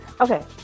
Okay